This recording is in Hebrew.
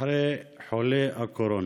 אחרי חולי קורונה,